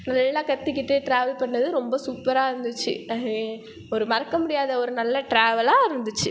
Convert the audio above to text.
நல்லா கத்திக்கிட்டு ட்ராவல் பண்ணது ரொம்ப சூப்பராக இருந்துச்சு ஒரு மறக்க முடியாத ஒரு நல்ல ட்ராவலாக இருந்துச்சு